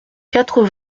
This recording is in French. quatre